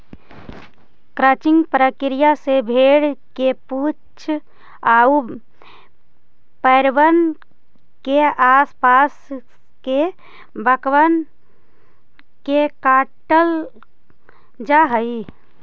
crutching प्रक्रिया से भेंड़ के पूछ आउ पैरबन के आस पास के बाकबन के काटल जा हई